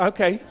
Okay